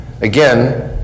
again